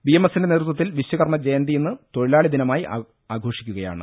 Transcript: BMS ന്റെ നേതൃത്വത്തിൽ വിശ്വകർമ്മ ജയന്തി ഇന്ന് തൊഴിലാളി ദിന മായി ആഘോഷിക്കുകയാണ്